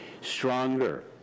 stronger